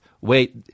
Wait